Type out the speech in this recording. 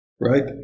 right